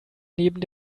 neben